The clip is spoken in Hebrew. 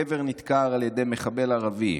גבר נדקר על ידי מחבל ערבי.